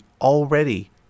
already